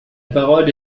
parole